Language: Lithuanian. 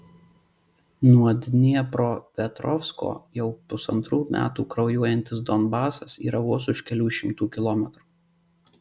nuo dniepropetrovsko jau pusantrų metų kraujuojantis donbasas yra vos už kelių šimtų kilometrų